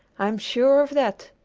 i'm sure of that.